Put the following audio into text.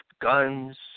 guns